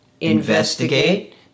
investigate